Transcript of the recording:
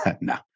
No